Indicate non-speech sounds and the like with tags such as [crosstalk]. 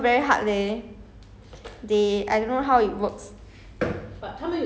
I guess have lah confirm got a bit [one] but [noise] eh I don't know very hard leh